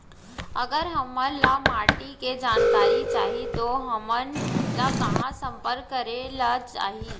अगर हमन ला माटी के जानकारी चाही तो हमन ला कहाँ संपर्क करे ला चाही?